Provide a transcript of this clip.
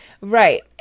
Right